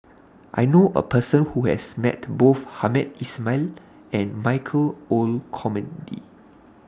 I know A Person Who has Met Both Hamed Ismail and Michael Olcomendy